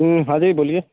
ہوں ہاں جی بولیے